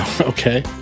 Okay